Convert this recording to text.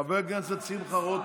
חבר הכנסת שמחה רוטמן,